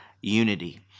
unity